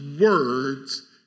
words